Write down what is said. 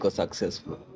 successful